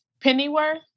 Pennyworth